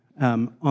On